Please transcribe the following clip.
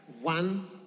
One